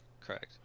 Correct